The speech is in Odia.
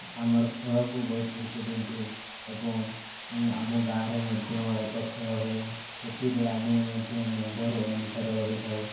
ଆମର ଖେଳକୁ ବହୁତ ଗୁରୁତ୍ୱ ଦିଅନ୍ତି ଏବଂ ଆମ ଗାଁରେ ମଧ୍ୟ ଏକ ଖେଳ ହୁଏ ସେଥିରେ ଆମେ ମଧ୍ୟ ମେମ୍ବର୍ ଅନୁସାରେ ରହିଥାଉ